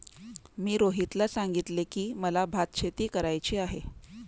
मी रोहितला सांगितले की, मला भातशेती करायची आहे